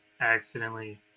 accidentally